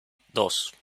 dos